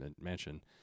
Mansion